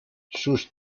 sus